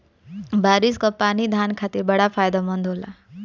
बारिस कअ पानी धान खातिर बड़ा फायदेमंद होला